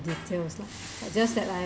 details lah just that